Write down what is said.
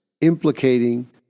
implicating